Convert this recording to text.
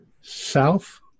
south